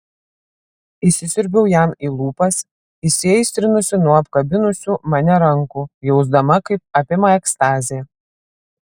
įsisiurbiau jam į lūpas įsiaistrinusi nuo apkabinusių mane rankų jausdama kaip apima ekstazė